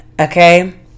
okay